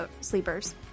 sleepers